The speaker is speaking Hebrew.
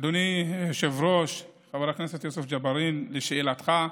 אדוני היושב-ראש, חבר הכנסת יוסף ג'בארין, לשאלתך,